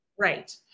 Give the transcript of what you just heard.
Right